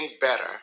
better